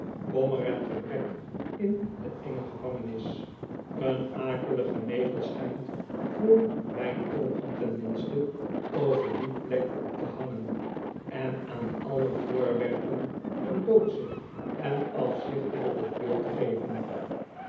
kommer en gebrek in de enge gevangenis een akelige nevel schijnt voor mijn oogen tenminste over die plek te hangen en aan alle voorwerpen een doodsche en afzichtelijke kleur te geven